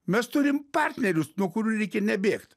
mes turim partnerius nuo kurių reikia nebėgt